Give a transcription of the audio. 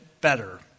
better